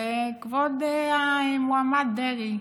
הרי כבוד המועמד דרעי,